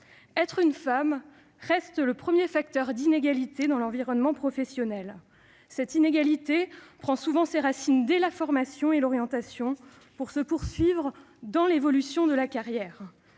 d'être une femme reste le premier facteur d'inégalité dans l'environnement professionnel. Cette inégalité prend souvent racine dès la formation et l'orientation, avant de perdurer tout au long de la carrière.